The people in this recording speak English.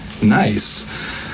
Nice